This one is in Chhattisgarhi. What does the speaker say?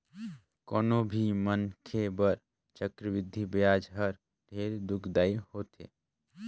कोनो भी मनखे बर चक्रबृद्धि बियाज हर ढेरे दुखदाई होथे